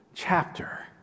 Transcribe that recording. chapter